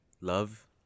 love